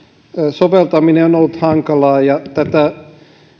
soveltaminen on ollut hankalaa ja tätä